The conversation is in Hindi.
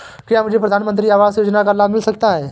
क्या मुझे प्रधानमंत्री आवास योजना का लाभ मिल सकता है?